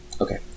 Okay